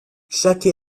chaque